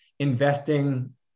investing